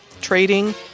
trading